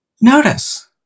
Notice